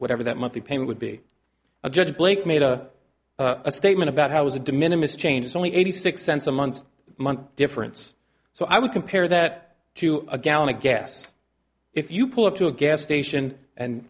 whatever that monthly payment would be adjudged blake made a statement about how it was a de minimus change is only eighty six cents a month a month difference so i would compare that to a gallon of gas if you pull up to a gas station and